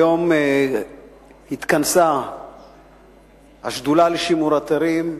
היום התכנסה השדולה לשימור אתרים,